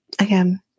Again